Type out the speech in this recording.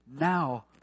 now